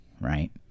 right